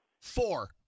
Four